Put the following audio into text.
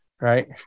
Right